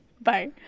Bye